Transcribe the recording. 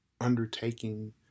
undertaking